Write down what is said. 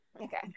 Okay